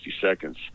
seconds